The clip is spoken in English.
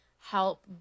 help